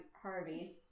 Harvey